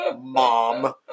mom